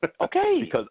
Okay